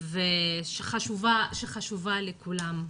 שחשובה לכולם,